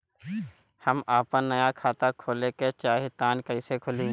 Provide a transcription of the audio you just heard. हम आपन नया खाता खोले के चाह तानि कइसे खुलि?